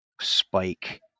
spike